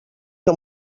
que